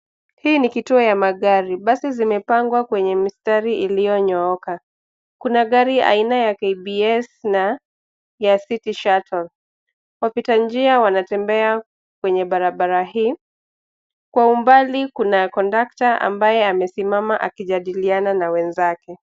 Hiki ni kituo cha magari. Mabasi yamepangwa kwenye mistari iliyonyooka. Kuna basi aina la KBS na la city shuttle. Wapitanjia wanaotembea kwenye barabara hii. Kwa umbali kuna kondakta(cs) ambaye amesimama akijadiliana na wenzake.